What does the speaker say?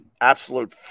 Absolute